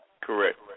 Correct